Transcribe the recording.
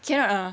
cannot ah